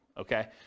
okay